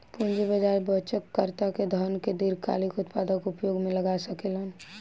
पूंजी बाजार बचतकर्ता के धन के दीर्घकालिक उत्पादक उपयोग में लगा सकेलन